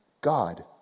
God